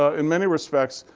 ah in many respects,